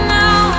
now